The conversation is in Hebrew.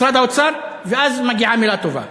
משרד האוצר, ואז, מגיעה מילה טובה,